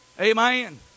Amen